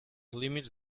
límits